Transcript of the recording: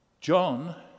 John